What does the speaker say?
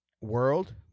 world